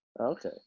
Okay